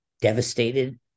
devastated